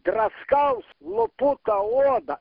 draskaus lupu tą odą